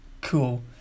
cool